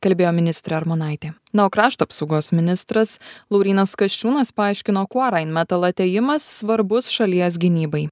kalbėjo ministrė armonaitė na o krašto apsaugos ministras laurynas kasčiūnas paaiškino kuo rain metal atėjimas svarbus šalies gynybai